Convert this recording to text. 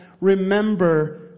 remember